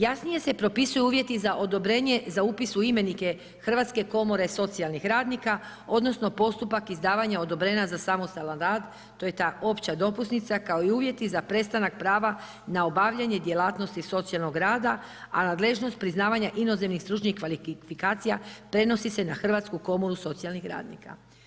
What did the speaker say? Jasnije se propisuju uvjeti za odobrenje za upis u imenike Hrvatske komore socijalnih radnika odnosno postupak izdavanja odobrenja za samostalan rad, to je ta opća dopusnica kao i uvjeti za prestanak prava na obavljanje djelatnosti socijalnog rada a nadležnost priznavanja inozemnih stručnih kvalifikacija prenosi se na Hrvatsku komoru socijalnih radnika.